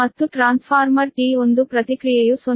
ಮತ್ತು transformer T1 ಪ್ರತಿಕ್ರಿಯೆಯು 0